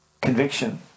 Conviction